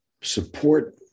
support